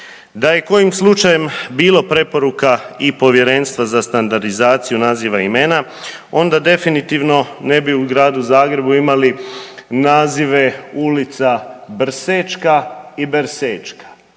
Da je kojim slučajem bilo preporuka i Povjerenstva za standardizaciju naziva imena, onda definitivno u Gradu Zagrebu imali nazive ulica Brsečka i Bersečka.